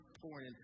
point